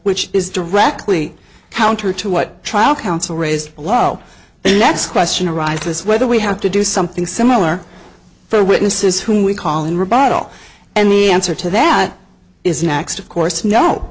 which is directly counter to what trial counsel raised a low the next question arises whether we have to do something similar for witnesses whom we call in rebuttal and the answer to that is next of course no